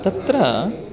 तत्र